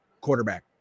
quarterback